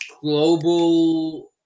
Global